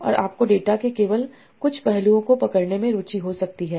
और आपको डेटा के केवल कुछ पहलुओं को पकड़ने में रुचि हो सकती है